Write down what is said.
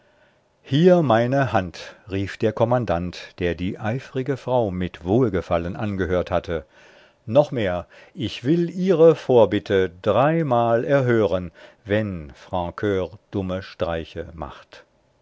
hier meine hand rief der kommandant der die eifrige frau mit wohlgefallen angehört hatte noch mehr ich will ihre vorbitte dreimal erhören wenn francur dumme streiche macht